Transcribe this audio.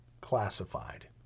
classified